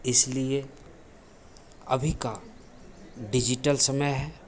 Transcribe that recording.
इसलिए अभी का डिजिटल समय है